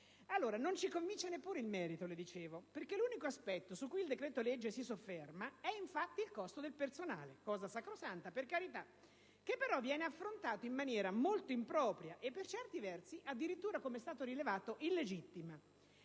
Non ci convince inoltre il merito. L'unico aspetto su cui il decreto-legge si sofferma, infatti, è il costo del personale, cosa sacrosanta, per carità, che però viene affrontata in maniera molto impropria e per certi versi addirittura, come è stato rilevato, illegittima.